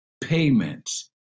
payments